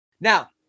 Now